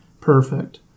perfect